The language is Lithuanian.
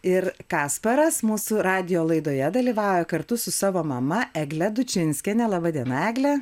ir kasparas mūsų radijo laidoje dalyvauja kartu su savo mama egle dučinskienė laba diena egle